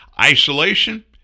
Isolation